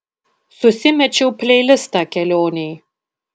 susimečiau pleilistą kelionei